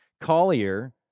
Collier